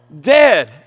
dead